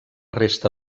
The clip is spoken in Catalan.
resta